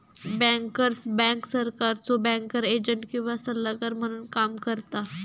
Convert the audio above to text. bankers bank सरकारचो banker agent किंवा सल्लागार म्हणून काम करता